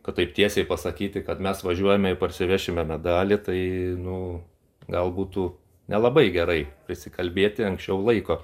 kad taip tiesiai pasakyti kad mes važiuojame ir parsivešime medalį tai nu gal būtų nelabai gerai prisikalbėti anksčiau laiko